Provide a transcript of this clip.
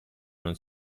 non